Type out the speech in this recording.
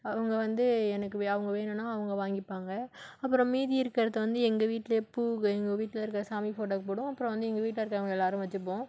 அவங்க வந்து எனக்கு வே அவங்க வேணும்ன்னா அவங்க வாங்கிப்பாங்க அப்புறம் மீதி இருக்கிறத வந்து எங்கள் வீட்டிலே பூ எங்கள் வீட்டில் இருக்கிற சாமி ஃபோட்டோவுக்கு போடுவோம் அப்புறம் வந்து எங்கள் வீட்டில் இருக்கிறவங்க எல்லாேரும் வெச்சுப்போம்